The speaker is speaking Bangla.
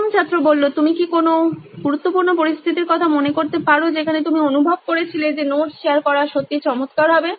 প্রথম ছাত্র তুমি কি কোনো গুরুত্বপূর্ণ পরিস্থিতির কথা মনে করতে পারো যেখানে তুমি অনুভব করেছিলে যে নোট শেয়ার করা সত্যিই চমৎকার হবে